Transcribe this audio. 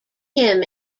him